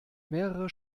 mehrere